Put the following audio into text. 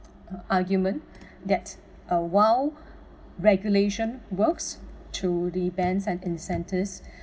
argument that uh while regulation works to the bans and incentives